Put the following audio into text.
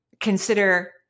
consider